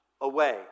away